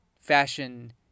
fashion